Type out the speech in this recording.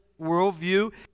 worldview